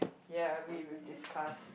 ya I mean we discuss